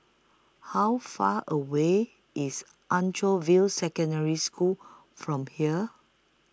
How Far away IS Anchorvale Secondary School from here